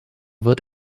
wird